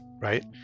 Right